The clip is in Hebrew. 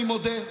אני מודה,